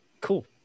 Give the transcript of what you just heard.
Cool